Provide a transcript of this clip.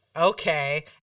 okay